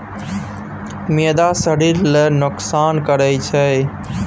मैदा शरीर लेल नोकसान करइ छै